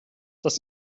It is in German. das